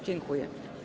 Dziękuję.